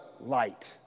light